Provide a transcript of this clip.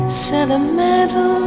sentimental